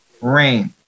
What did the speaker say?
Rain